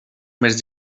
més